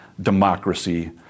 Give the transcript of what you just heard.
democracy